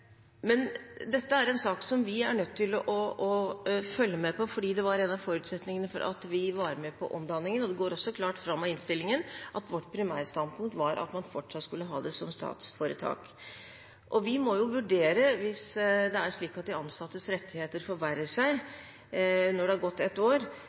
Dette er en sak vi er nødt til å følge med på, fordi det var en av forutsetningene for at vi var med på omdanningen. Det går også klart fram av innstillingen at vårt primærstandpunkt var at det fortsatt skulle være statsforetak. Hvis det er slik at de ansattes rettigheter forverrer seg når det har gått et år,